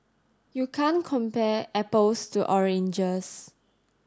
you can't compare apples to oranges